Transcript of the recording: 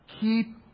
Keep